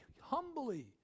humbly